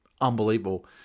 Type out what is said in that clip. unbelievable